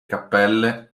cappelle